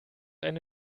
eine